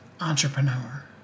entrepreneur